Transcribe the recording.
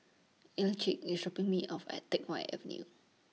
Elick IS Shopping Me off At Teck Whye Avenue